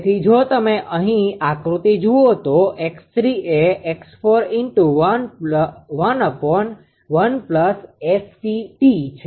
તેથી જો તમે આકૃતિ જુઓ તો 𝑥3 એ 𝑥4×11 𝑆𝑇𝑡 છે